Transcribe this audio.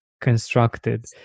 constructed